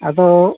ᱟᱫᱚ